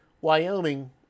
Wyoming